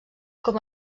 com